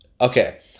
Okay